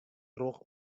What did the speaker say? troch